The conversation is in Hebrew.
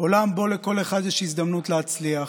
עולם שבו לכל אחד יש הזדמנות להצליח,